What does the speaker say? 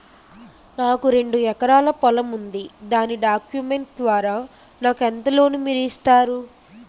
నాకు రెండు ఎకరాల పొలం ఉంది దాని డాక్యుమెంట్స్ ద్వారా నాకు ఎంత లోన్ మీరు ఇస్తారు?